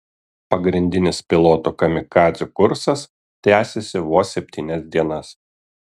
pagrindinis pilotų kamikadzių kursas tęsėsi vos septynias dienas